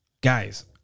Guys